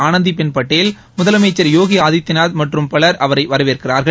ஆனந்தி பெள் பட்டேல் முதலமைச்சள் யோகி ஆதித்யநாத் மற்றும் பல் அவரை வரவேற்கிறா்கள்